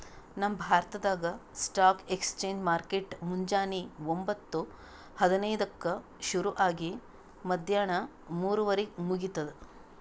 ನಮ್ ಭಾರತ್ದಾಗ್ stock exchange market ಮುಂಜಾನಿ ಒಂಬತ್ತು ಹದಿನೈದಕ್ಕ ಶುರು ಆಗಿ ಮದ್ಯಾಣ ಮೂರುವರಿಗ್ ಮುಗಿತದ್